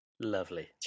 Lovely